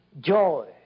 joy